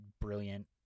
brilliant